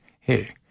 hey